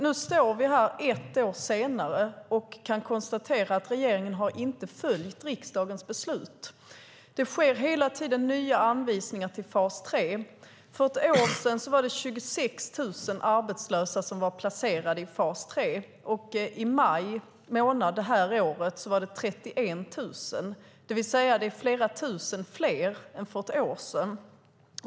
Nu står vi här ett år senare och kan konstatera att regeringen inte har följt riksdagens beslut. Det sker hela tiden nya anvisningar till fas 3. För ett år sedan var det 26 000 arbetslösa som var placerade i fas 3, och i maj månad i år var det 31 000. Det är alltså flera tusen fler än för ett år sedan.